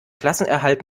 klassenerhalt